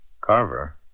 Carver